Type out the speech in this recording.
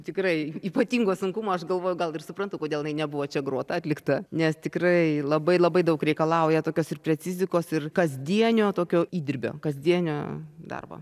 tikrai ypatingo sunkumo aš galvoju gal ir suprantu kodėl jinai nebuvo čia grota atlikta nes tikrai labai labai daug reikalauja tokios ir precizikos ir kasdienio tokio įdirbio kasdienio darbo